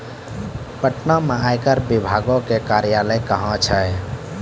पटना मे आयकर विभागो के कार्यालय कहां छै?